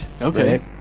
Okay